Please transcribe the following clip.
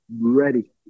ready